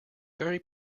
very